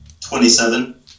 Twenty-seven